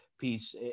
piece